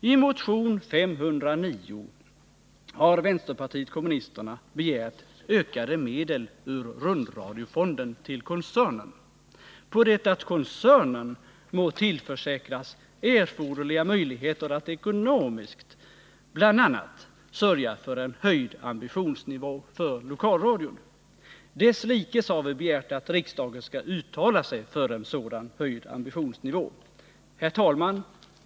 I motion 509 har vänsterpartiet kommunisterna begärt ökade medel ur rundradiofonden till koncernen, på det att koncernen må tillförsäkras erforderliga möjligheter att ekonomiskt bl.a. sörja för en höjd ambitionsnivå för lokalradion. Desslikes har vi begärt att riksdagen skall uttala sig för en sådan höjd ambitionsnivå. Herr talman!